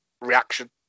reaction